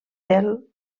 tel